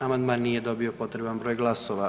Amandman nije dobio potreban broj glasova.